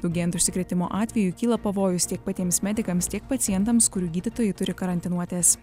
daugėjant užsikrėtimo atvejų kyla pavojus tiek patiems medikams tiek pacientams kurių gydytojai turi karantinuotis